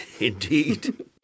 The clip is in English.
Indeed